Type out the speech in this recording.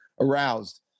aroused